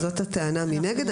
זאת הטענה מנגד.